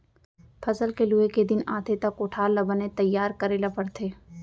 फसल के लूए के दिन आथे त कोठार ल बने तइयार करे ल परथे